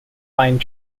vine